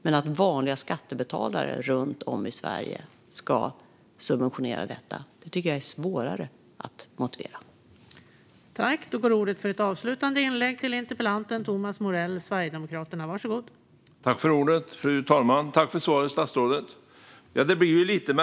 Men att vanliga skattebetalare runt om i Sverige ska subventionera detta tycker jag är svårare att motivera.